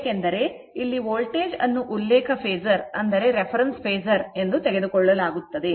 ಏಕೆಂದರೆ ಇಲ್ಲಿ ವೋಲ್ಟೇಜ್ ಅನ್ನು ಉಲ್ಲೇಖ ಫೇಸರ್ ಆಗಿ ತೆಗೆದುಕೊಳ್ಳಲಾಗುತ್ತದೆ